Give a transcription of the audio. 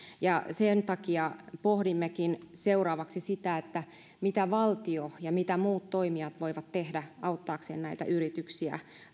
sen takia pohdimmekin seuraavaksi sitä mitä valtio ja mitä muut toimijat voivat tehdä auttaakseen näitä yrityksiä